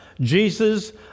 Jesus